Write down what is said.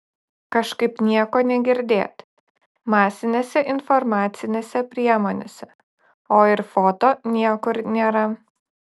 kažkaip nieko negirdėt masinėse informacinėse priemonėse o ir foto niekur nėra